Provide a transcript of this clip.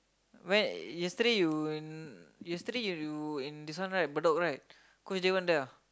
where yesterday you in yesterday you in this one right Bedok right cause they weren't there